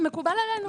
מקובל עלינו.